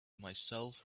myself